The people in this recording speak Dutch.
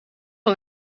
wel